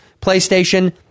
PlayStation